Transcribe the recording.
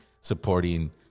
supporting